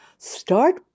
Start